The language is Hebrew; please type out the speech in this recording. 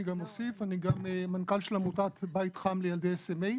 אני גם מנכ"ל של עמותת "בית חם" לילדי sma,